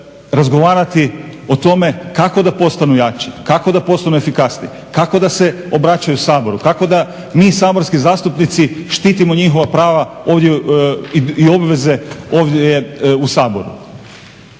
razgovarati o tome kako da postanu jači, kako da postanu efikasniji, kako da se obraćaju Saboru, kako da mi saborski zastupnici štitimo njihova prava i obveze ovdje u Saboru.